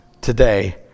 today